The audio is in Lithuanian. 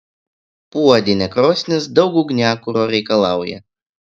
puodinė krosnis daug ugniakuro reikalauja